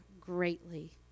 greatly